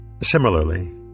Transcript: Similarly